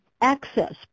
access